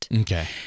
Okay